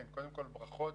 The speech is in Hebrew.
קודם כול, ברכות,